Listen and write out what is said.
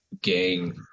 gang